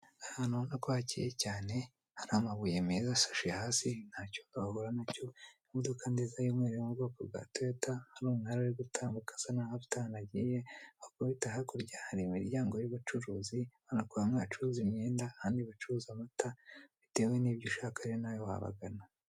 Ahantu ubona ko hakeye cyane hari amabuye meza asashe hasi ntacyondo wahura na cyo, imodoka nziza y'umweru yo mu bwoko bwa toyota, hari umwari ari gutambuka asa nk'aho afite ahantu agiye, wakubita hakurya hari imiryango y'ubucuruzi ubona ko hamwe bacuruza imyenda ahandi bacuruza amata bitewe n'ibyo ushaka rero nawe wabagana.